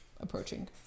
approaching